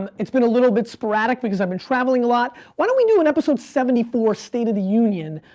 um it's been a little bit sporadic because i've been traveling a lot. why don't we do an episode seventy four, state of the union,